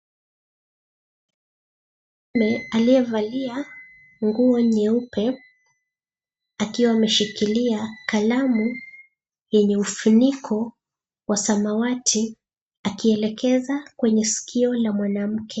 Aliyevalia nguo nyeupe akiwa ameshikilia kalamu yenye ufuniko ya samawati akielekeza kwenye skio la mwanamke.